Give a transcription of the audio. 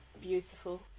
beautiful